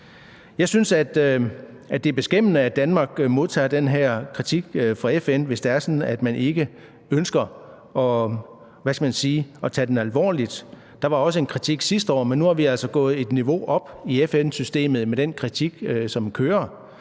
Jeg synes, at det er beskæmmende, at Danmark modtager den her kritik fra FN, hvis det er sådan, at man ikke ønsker at tage den alvorligt. Der var også en kritik sidste år, men nu er vi altså gået et niveau op i FN-systemet med den kritik, som er